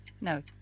No